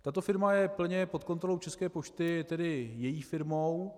Tato firma je plně pod kontrolou České pošty, je tedy její firmou.